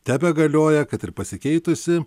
tebegalioja kad ir pasikeitusi